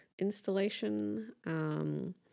installation